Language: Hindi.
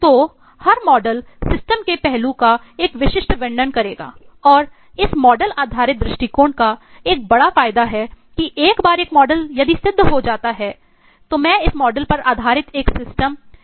तो हर मॉडल बना सकता हूं